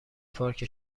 پارک